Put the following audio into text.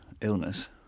illness